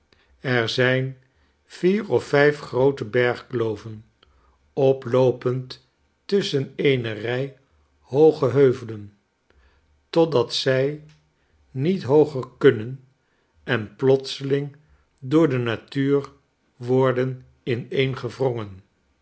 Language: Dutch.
er zijn vier of vijf groote bergkloven oploopende tusschen eene rij hooge heuvelen totdat zij niet hooger kunnen en plotseling door de natuur worden